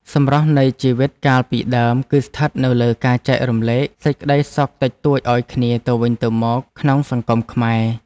សម្រស់នៃជីវិតកាលពីដើម គឺស្ថិតនៅលើការចេះចែករំលែកសេចក្ដីសុខតិចតួចឱ្យគ្នាទៅវិញទៅមកក្នុងសង្គមខ្មែរ។